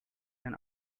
can